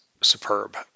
superb